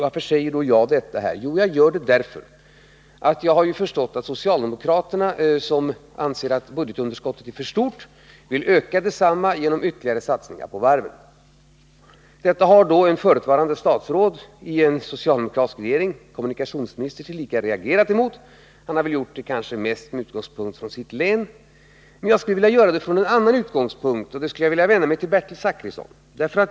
Varför säger jag då detta här? Jo, därför att jag har förstått att socialdemokraterna, som anser att budgetunderskottet är för stort, vill öka detsamma genom ytterligare satsningar på varven. Detta har då ett förutvarande statsråd i en socialdemokratisk regering, tillika f.d. kommunikationsminister, reagerat mot. Han har väl gjort det mest med utgångspunkt från sitt län, men jag skulle vilja göra det från en annan utgångspunkt, och då skulle jag vilja vända mig till Bertil Zachrisson.